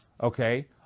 Okay